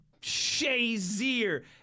Shazier